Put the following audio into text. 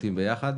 חתחתים ביחד.